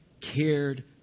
cared